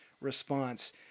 response